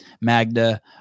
Magda